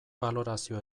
balorazio